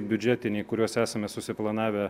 biudžetiniai kuriuos esame susiplanavę